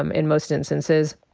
um in most instances.